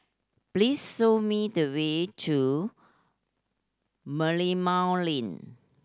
please show me the way to Merlimau Lane